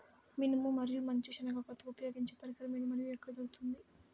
మినుము మరియు మంచి శెనగ కోతకు ఉపయోగించే పరికరం ఏది మరియు ఎక్కడ దొరుకుతుంది?